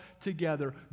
together